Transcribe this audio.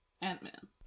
Ant-Man